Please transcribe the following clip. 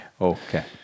okay